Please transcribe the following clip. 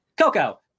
coco